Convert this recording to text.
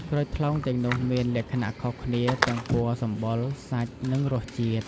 ក្រូចថ្លុងទាំងនោះមានលក្ខណៈខុសគ្នាទាំងពណ៌សម្បុរ សាច់ និងរសជាតិ។